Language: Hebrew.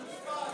חוצפן,